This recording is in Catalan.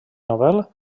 nobel